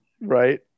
Right